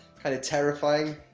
kind of terrifying.